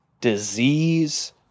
disease